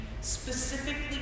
specifically